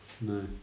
No